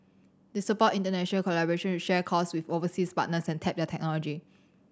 they support international collaboration to share costs with overseas partners and tap their technology